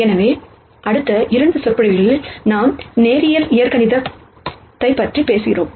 எனவே அடுத்த இரண்டு விரிவுரையில் நாம் லீனியர் ஆல்சீப்ரா பற்றிப் பேசப் போகிறோம்